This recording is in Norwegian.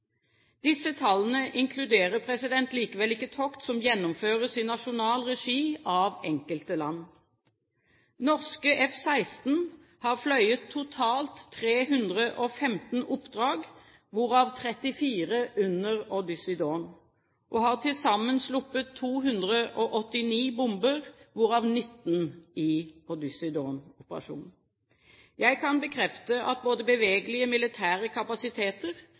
Disse tallene inkluderer likevel ikke tokt som gjennomføres i nasjonal regi av enkelte land. Norske F-16 har fløyet totalt 315 oppdrag, hvorav 34 under Odyssey Dawn, og har til sammen sluppet 289 bomber, hvorav 19 i Odyssey Dawn-operasjonen. Jeg kan bekrefte at både bevegelige militære kapasiteter,